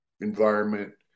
environment